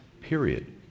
Period